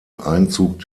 einzug